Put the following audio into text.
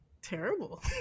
terrible